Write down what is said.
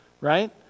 right